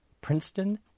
Princeton